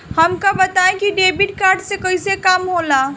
हमका बताई कि डेबिट कार्ड से कईसे काम होला?